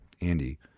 Andy